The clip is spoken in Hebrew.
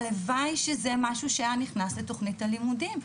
הלוואי שזה משהו שהיה נכנס לתוכנית הלימודים.